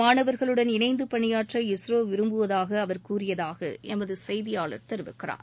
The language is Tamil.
மாணவர்களுடன் இணைந்து பணியாற்ற இஸ்ரோ விரும்புவதாக அவர் கூறியதாக எமது செய்தியாளர் தெரிவிக்கிறார்